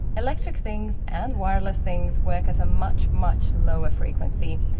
electric things and wireless things work at a much, much lower frequency,